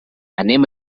anem